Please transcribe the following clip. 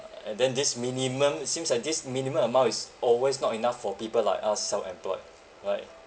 uh and then this minimum seems like this minimum amount is always not enough for people like us self-employed right